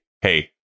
Hey